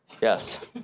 yes